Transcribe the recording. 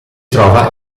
trova